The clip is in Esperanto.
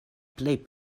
plej